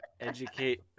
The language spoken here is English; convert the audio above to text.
educate